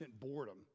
boredom